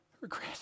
regret